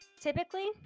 Typically